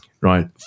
Right